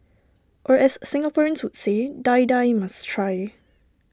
or as Singaporeans would say Die Die must try